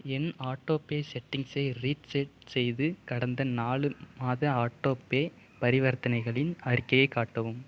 என் autopay செட்டிங்ஸை reset செய்து கடந்த நாலு மாத ஆட்டோபே பரிவர்த்தனைகளின் அறிக்கையை காட்டவும்